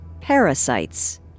parasites